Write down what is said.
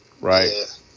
Right